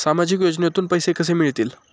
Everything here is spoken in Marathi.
सामाजिक योजनेतून पैसे कसे मिळतील?